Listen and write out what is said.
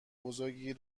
بزرگی